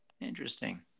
Interesting